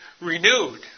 renewed